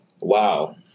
wow